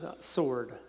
sword